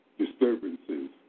Disturbances